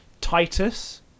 Titus